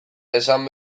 esan